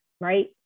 right